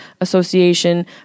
Association